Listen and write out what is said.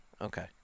Okay